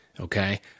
Okay